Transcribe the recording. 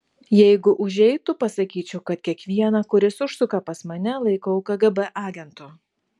jeigu užeitų pasakyčiau kad kiekvieną kuris užsuka pas mane laikau kgb agentu